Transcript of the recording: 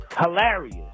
Hilarious